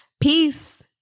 Peace